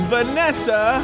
Vanessa